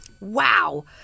Wow